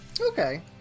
Okay